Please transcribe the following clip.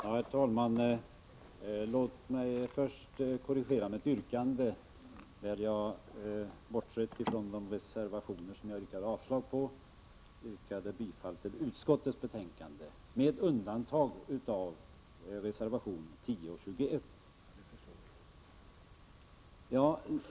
Herr talman! Låt mig först korrigera mitt yrkande där jag, bortsett från de reservationer som jag yrkade avslag på, yrkar bifall till utskottets hemställan med undantag för reservationerna 10 och 21.